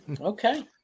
Okay